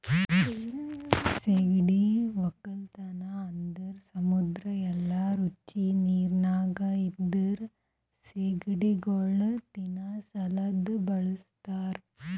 ಸೀಗಡಿ ಒಕ್ಕಲತನ ಅಂದುರ್ ಸಮುದ್ರ ಇಲ್ಲಾ ರುಚಿ ನೀರಿನಾಗ್ ಇರದ್ ಸೀಗಡಿಗೊಳ್ ತಿನ್ನಾ ಸಲೆಂದ್ ಬಳಸ್ತಾರ್